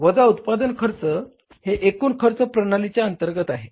वजा उत्पादन खर्च हे एकूण खर्च प्रणालीच्या अंतर्गत आहे